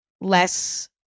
less